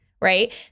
right